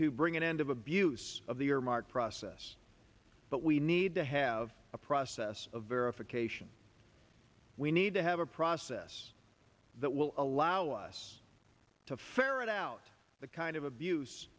to bring an end of abuse of the earmark process but we need to have a process of verification we need to have a process that will allow us to ferret out the kind of abuse